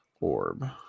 orb